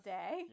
day